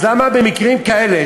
אז למה במקרים כאלה,